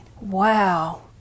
Wow